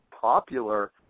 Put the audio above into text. popular